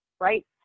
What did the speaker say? right